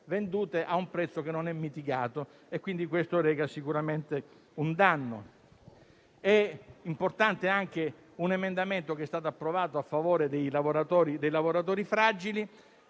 vendute a un prezzo non mitigato; questo reca sicuramente un danno. È importante anche un emendamento approvato a favore dei lavoratori fragili.